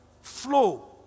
Flow